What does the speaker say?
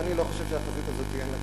ואני לא חושב שהחזית הזאת אין לה,